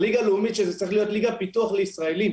הליגה הלאומית שזה צריך להיות ליגה פיתוח לישראלים,